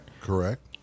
Correct